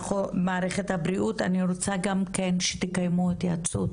ומערכת הבריאות, אני רוצה גם כן שתקיימו התייעצות